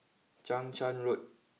Chang Charn Road